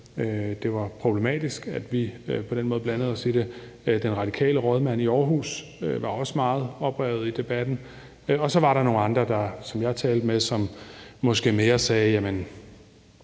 det var problematisk, at vi på den måde blandede os i det. Den radikale rådmand i Aarhus var også meget oprevet i debatten. Og så var der nogle andre, som jeg talte med, og som måske mere sagde: